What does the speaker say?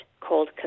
called